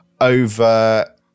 over